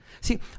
See